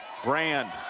brand,